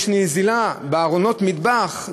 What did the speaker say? יש נזילה בארונות מטבח,